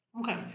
Okay